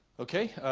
ok